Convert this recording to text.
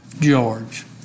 George